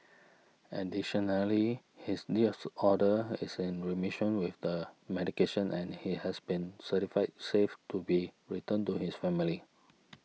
additionally his disorder is in remission with the medication and he has been certified safe to be returned to his family